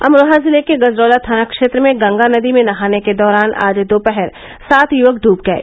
अमरोहा जिले के गजरौला थाना क्षेत्र में गंगा नदी मे नहाने के दौरान आज दोपहर सात युवक डूब गये